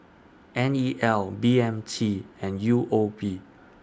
N E L B M T and U O B